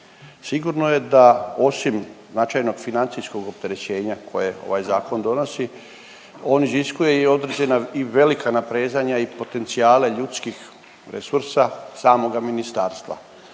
Sigurno je da osim značajnog financijskog opterećenja koje ovaj zakon donosi on iziskuje i određena i velika naprezanja i potencijale ljudskih resursa samoga ministarstva,